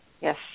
Yes